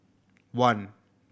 one